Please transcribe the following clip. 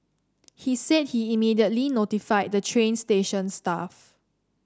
he said he immediately notified the train station staff